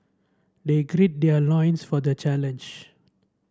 they gird their loins for the challenge